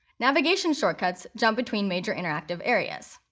navigation shortcuts jump between major interactive areas.